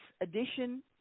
edition